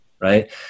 right